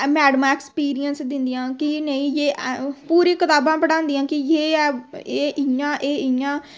Madama experience दिंदियां कि नेईं जे पूरी कताबां पढ़ांदियां कि जे ऐ एह् इ'यां एह् इ'यां